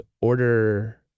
order